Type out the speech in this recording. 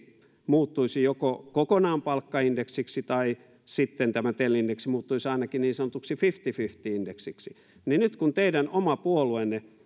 muuttuisi joko kokonaan palkkaindeksiksi tai sitten tämä tel indeksi muuttuisi ainakin niin sanotuksi fifty fifty indeksiksi niin nyt kun teidän oma puolueenne on